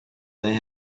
they